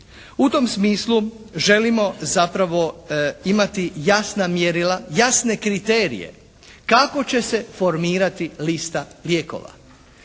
U tom smislu želimo zapravo imati jasna mjerila, jasne kriterije kako će se formirati lista lijekova.